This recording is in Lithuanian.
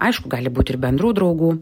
aišku gali būt ir bendrų draugų